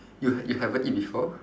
you you haven't eat before